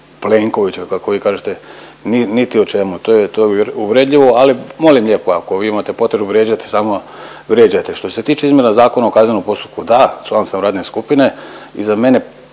Plenkovića kako vi kažete niti o čemu. To je uvredljivo, ali molim lijepo ako vi imate potrebu vrijeđati samo vrijeđajte. Što se tiče izmjena Zakona o kaznenom postupku, da član sam radne skupine. Iza mene